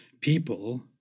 people